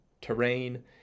terrain